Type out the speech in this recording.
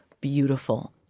beautiful